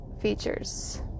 features